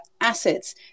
assets